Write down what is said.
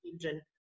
children